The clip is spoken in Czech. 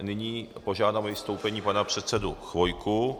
Nyní požádám o vystoupení pana předsedu Chvojku.